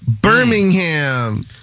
Birmingham